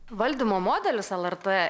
valdymo modelis lrt